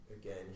again